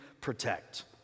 protect